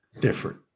different